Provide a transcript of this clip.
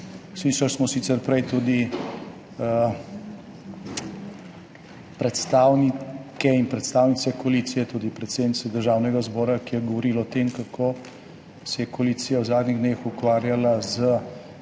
Slišali smo sicer prej tudi predstavnike in predstavnice koalicije, tudi predsednico Državnega zbora, ki je govorilo o tem, kako se je koalicija v zadnjih dneh ukvarjala s